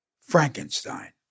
Frankenstein